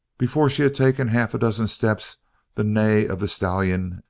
before she had taken half a dozen steps the neigh of the stallion,